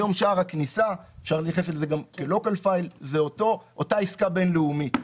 היום שער הכניסה זה אותה עסקה בינלאומית.